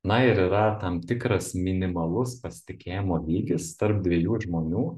na ir yra tam tikras minimalus pasitikėjimo lygis tarp dviejų žmonių